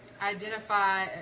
identify